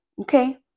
Okay